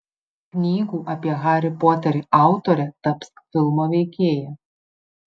knygų apie harį poterį autorė taps filmo veikėja